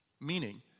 meaning